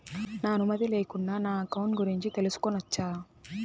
నా అనుమతి లేకుండా నా అకౌంట్ గురించి తెలుసుకొనొచ్చా?